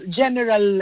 general